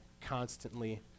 constantly